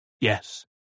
Yes